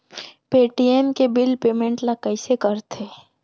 Paytm के bill payment ल कइसे करथे?